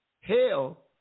Hell